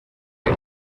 que